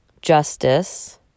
justice